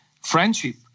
friendship